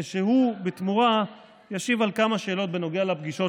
כשהוא בתמורה ישיב על כמה שאלות בנוגע לפגישות